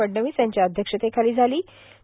फडणवीस यांच्या अध्यक्षतेखालां झालां